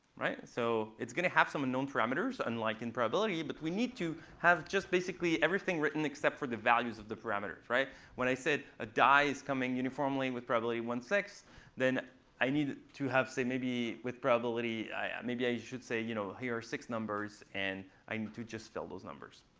so it's going to have some unknown parameters, unlike in probability but we need to have just basically everything written except for the values of the parameters. when i said a die is coming uniformly with probably one six then i need to have, say maybe with probability maybe i should say you know here are six numbers, and i need to just fill those numbers.